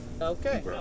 Okay